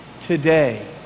today